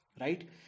right